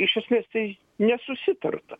iš esmės tai nesusitarta